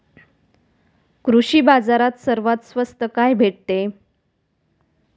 कृषी बाजारात सर्वात स्वस्त काय भेटते?